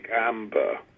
amber